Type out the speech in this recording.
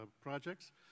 projects